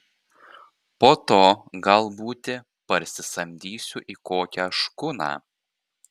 po to gal būti parsisamdysiu į kokią škuną